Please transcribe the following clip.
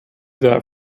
that